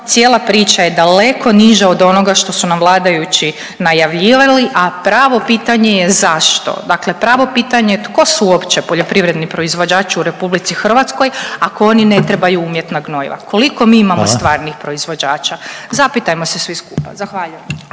cijela priča je daleko niža od onoga što su nam vladajući najavljivali, a pravo pitanje je zašto. Dakle, pravo pitanje je tko su uopće poljoprivredni proizvođači u RH, ako oni ne trebaju umjetna gnojiva. Koliko mi imamo stvarnih proizvođača? …/Upadica Reiner: Hvala./… Zapitajmo se svi skupa. Zahvaljujem.